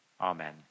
amen